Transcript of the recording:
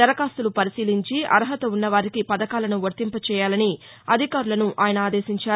దరఖాస్తులు పరిశీలించి అర్హత ఉన్నవారికి పథకాలను వర్తింపజేయాలని అధికారులను ఆయన ఆదేశించారు